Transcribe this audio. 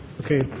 Okay